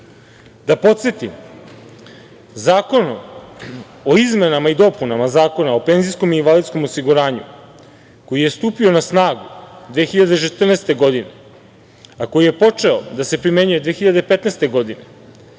podsetim, zakonom o izmenama i dopunama Zakona o penzijskom i invalidskom osiguranju, koji je stupio na snagu 2014. godine, a koji je počeo da se primenjuje 2015. godine